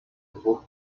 dwóch